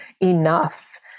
enough